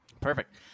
Perfect